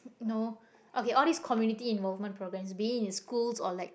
no okay all this community involvement programs being in schools or like